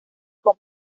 con